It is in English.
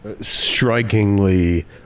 Strikingly